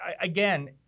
again